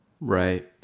Right